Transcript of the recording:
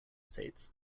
states